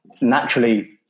naturally